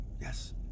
yes